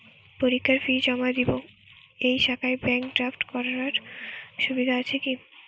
পরীক্ষার ফি জমা দিব এই শাখায় ব্যাংক ড্রাফট করার সুবিধা আছে কি?